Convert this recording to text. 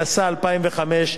התשס"ה 2005,